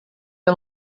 ela